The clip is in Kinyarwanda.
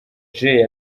jay